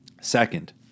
Second